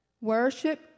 worship